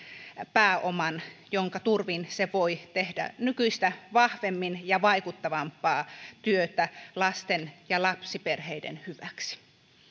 pääoman jonka turvin se voi tehdä nykyistä vahvemmin ja vaikuttavampaa työtä lasten ja lapsiperheiden hyväksi